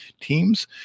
Teams